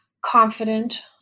confident